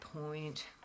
point